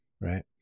right